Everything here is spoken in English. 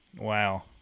Wow